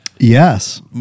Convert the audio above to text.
Yes